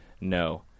no